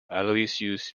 aloysius